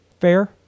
Fair